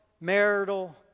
marital